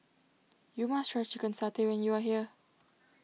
you must try Chicken Satay when you are here